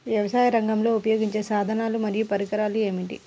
వ్యవసాయరంగంలో ఉపయోగించే సాధనాలు మరియు పరికరాలు ఏమిటీ?